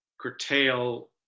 curtail